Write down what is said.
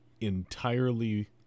entirely